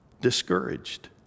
Discouraged